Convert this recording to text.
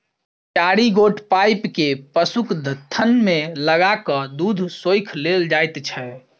चारि गोट पाइप के पशुक थन मे लगा क दूध सोइख लेल जाइत छै